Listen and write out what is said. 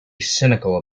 cynical